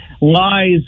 lies